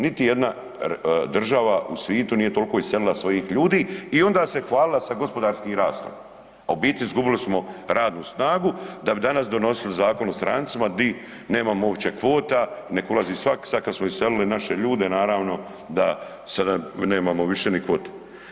Niti jedna država u svitu nije tolko iselila svojih ljudi i onda se hvalila sa gospodarskim rastom, a u biti izgubili smo radnu snagu da bi danas donosili Zakon o strancima di nemamo uopće kvota, nek ulazi svak, sad kad smo iselili naše ljude naravno da sada nemamo više ni kvote.